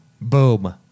Boom